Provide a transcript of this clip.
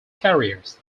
carriers